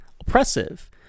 oppressive